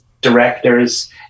directors